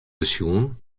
besjoen